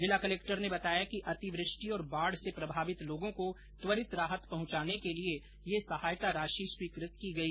जिला कलेक्टर ने बताया कि अतिवृष्टि और बाढ से प्रभावित लोगों को त्वरित राहत पहुंचाने के लिये ये सहायता राशि स्वीकृत की गई